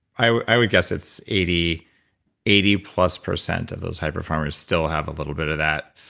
i would i would guess it's eighty eighty plus percent of those high performers still have a little bit of that,